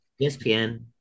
ESPN